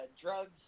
drugs